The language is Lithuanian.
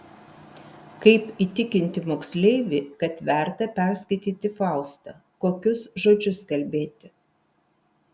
kaip įtikinti moksleivį kad verta perskaityti faustą kokius žodžius kalbėti